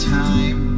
time